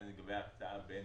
השאלה היתה לגבי הקצאה בין